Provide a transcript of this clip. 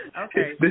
Okay